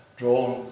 drawn